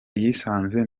yisanze